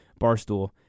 Barstool